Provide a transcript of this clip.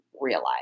realize